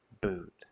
boot